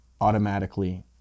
automatically